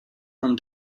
from